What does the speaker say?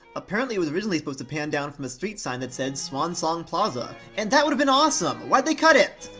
apparently, it was originally supposed to pan down from a street sign that said, swan song plaza, and that would've been awesome! why'd they cut it?